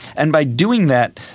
and by doing that,